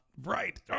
Right